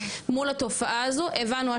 מול התופעה הזו הבנו,